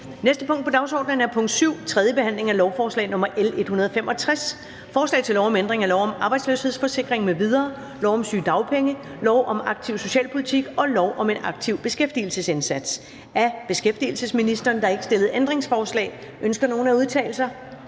næste punkt på dagsordenen er: 7) 3. behandling af lovforslag nr. L 165: Forslag til lov om ændring af lov om arbejdsløshedsforsikring m.v., lov om sygedagpenge, lov om aktiv socialpolitik og lov om en aktiv beskæftigelsesindsats. (Forlængelse af suspension af dagpengeforbrug, 4-månedersperioden